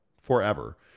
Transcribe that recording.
forever